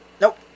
Nope